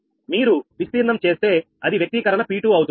కాబట్టి మీరు విస్తీర్ణం చేస్తే అది వ్యక్తీకరణ P2 అవుతుంది